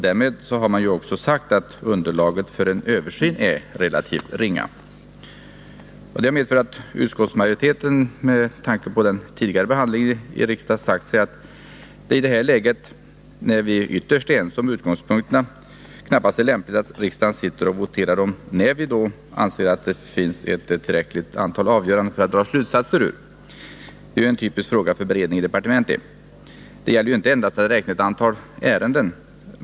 Därmed har också sagts att underlag för en översyn är relativt ringa. Utskottsmajoriteten har med tanke på tidigare behandling i riksdagen sagt sig att det i det här läget — när vi ytterst är ense om utgångspunkterna — knappast är lämpligt att riksdagen sitter och voterar om när vi då anser att det finns ett tillräckligt antal avgöranden för att dra slutsatser ur. Det är en typisk fråga för beredning i departementet. Det gäller ju inte endast att räkna antalet ärenden.